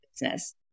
business